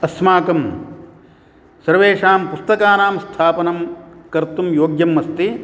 अस्माकं सर्वेषां पुस्तकानां स्थापनं कर्तुं योग्यम् अस्ति